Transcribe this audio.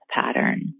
pattern